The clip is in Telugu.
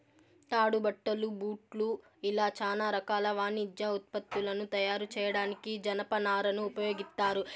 తాడు, బట్టలు, బూట్లు ఇలా చానా రకాల వాణిజ్య ఉత్పత్తులను తయారు చేయడానికి జనపనారను ఉపయోగిత్తారు